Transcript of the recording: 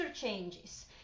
changes